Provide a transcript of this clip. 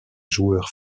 joueur